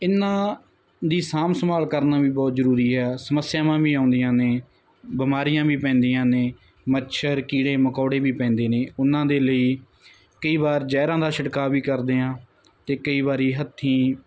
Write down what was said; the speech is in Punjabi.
ਇਹਨਾਂ ਦੀ ਸਾਂਭ ਸੰਭਾਲ ਕਰਨਾ ਵੀ ਬਹੁਤ ਜਰੂਰੀ ਆ ਸਮੱਸਿਆਵਾਂ ਵੀ ਆਉਂਦੀਆਂ ਨੇ ਬਿਮਾਰੀਆਂ ਵੀ ਪੈਂਦੀਆਂ ਨੇ ਮੱਛਰ ਕੀੜੇ ਮਕੌੜੇ ਵੀ ਪੈਂਦੇ ਨੇ ਉਹਨਾਂ ਦੇ ਲਈ ਕਈ ਵਾਰ ਜਹਿਰਾਂ ਦਾ ਛਿੜਕਾਅ ਵੀ ਕਰਦੇ ਆ ਤੇ ਕਈ ਵਾਰੀ ਹੱਥੀ